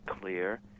clear